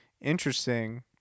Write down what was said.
interesting